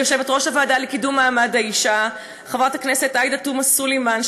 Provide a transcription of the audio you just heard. ליושבת-ראש הוועדה לקידום מעמד האישה חברת הכנסת עאידה תומא סלימאן,